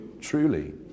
truly